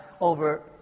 over